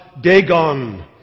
Dagon